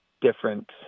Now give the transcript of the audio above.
different